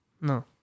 No